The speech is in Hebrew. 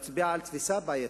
היא מצביעה על תפיסה בעייתית,